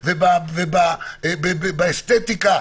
ובאסתטיקה,